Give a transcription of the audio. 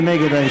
מי נגד?